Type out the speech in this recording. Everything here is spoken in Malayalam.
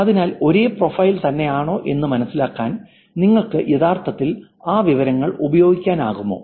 അതിനാൽ ഒരേ പ്രൊഫൈൽ തന്നെയാണോ എന്ന് മനസിലാക്കാൻ നിങ്ങൾക്ക് യഥാർത്ഥത്തിൽ ആ വിവരങ്ങൾ ഉപയോഗിക്കാനാകുമോ